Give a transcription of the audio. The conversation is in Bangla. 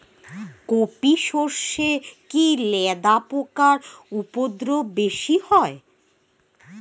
কোপ ই সরষে কি লেদা পোকার উপদ্রব বেশি হয়?